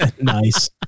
Nice